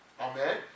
Amen